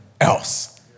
else